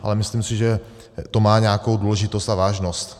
Ale myslím si, že to má nějakou důležitost a vážnost.